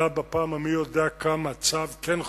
עלה בפעם המי-יודע- כמה צו, כן חוקי,